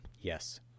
Yes